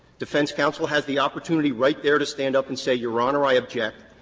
defense counsel has the opportunity right there to stand up and say, your honor, i object,